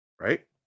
right